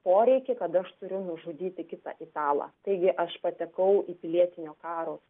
poreikį kad aš turiu nužudyti kitą italą taigi aš patekau į pilietinio karo